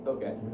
Okay